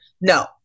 no